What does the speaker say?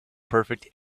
perfect